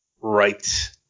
Right